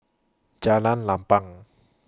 Jalan Lapang